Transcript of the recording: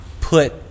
put